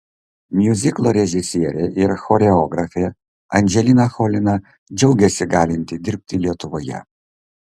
miuziklo režisierė ir choreografė anželika cholina džiaugėsi galinti dirbti lietuvoje